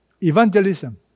evangelism